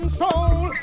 soul